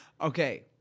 Okay